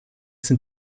sind